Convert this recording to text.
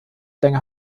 länger